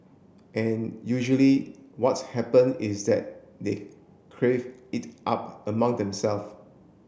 and usually what's happen is that they crave it up among themself